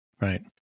right